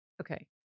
Okay